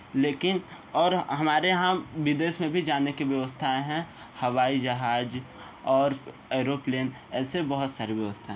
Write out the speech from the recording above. लेकिन और हमारे यहाँ विदेश में भी जाने की व्यवस्थाएं हैं हवाई जहाज और एरोप्लेन ऐसे बहुत सारे व्यवस्था